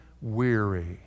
weary